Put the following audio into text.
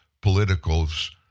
politicals